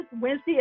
Wednesday